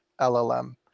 LLM